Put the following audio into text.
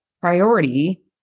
priority